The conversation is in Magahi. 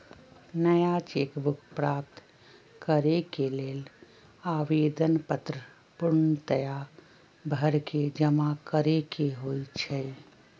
नया चेक बुक प्राप्त करेके लेल आवेदन पत्र पूर्णतया भरके जमा करेके होइ छइ